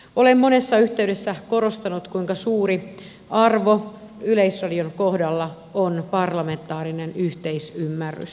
olen monessa yhteydessä korostanut kuinka suuri arvo yleisradion kohdalla on parlamentaarinen yhteisymmärrys